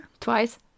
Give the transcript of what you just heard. Twice